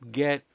get